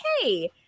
hey